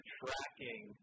tracking